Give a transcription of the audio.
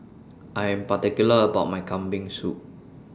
I Am particular about My Kambing Soup